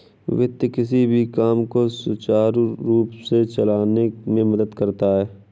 वित्त किसी भी काम को सुचारू रूप से चलाने में मदद करता है